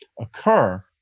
occur